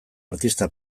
artista